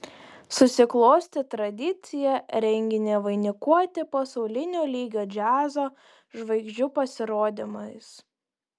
susiklostė tradicija renginį vainikuoti pasaulinio lygio džiazo žvaigždžių pasirodymais